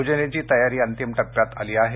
याची तयारी अंतिम टप्प्यात आली आहे